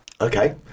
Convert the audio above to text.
Okay